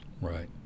Right